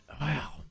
Wow